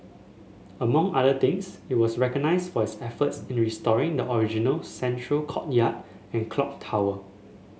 among other things it was recognised for its efforts in restoring the original central courtyard and clock tower